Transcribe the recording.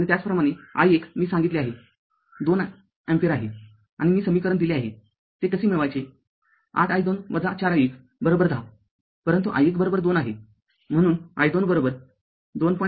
आणि त्याचप्रमाणे i१ मी सांगितले आहे २अँपिअर आहे आणि मी समीकरण दिले आहे ते कसे मिळवायचे८i२ ४ i११०परंतु i१२ आहे म्हणून i२२